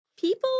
People